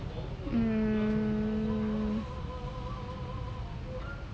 mmhmm